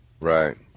Right